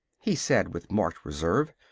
he said with marked reserve.